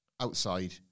outside